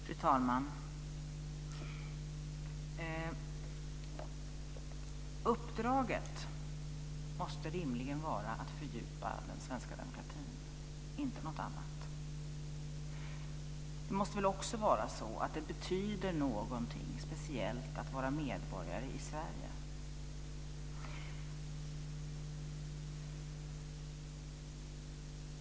Fru talman! Uppdraget måste rimligen vara att fördjupa den svenska demokratin, inte någonting annat. Det måste väl också vara så att det betyder någonting speciellt att vara medborgare i Sverige.